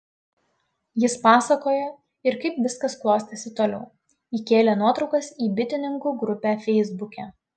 jis pasakoja ir kaip viskas klostėsi toliau įkėlė nuotraukas į bitininkų grupę feisbuke